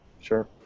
Sure